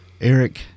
Eric